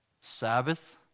Sabbath